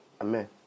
amen